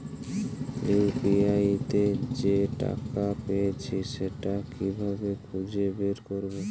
UPI তে যে টাকা পেয়েছি সেটা কিভাবে খুঁজে বের করবো?